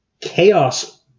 chaos